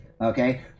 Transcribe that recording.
okay